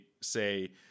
say